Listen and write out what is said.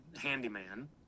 handyman